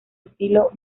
estilo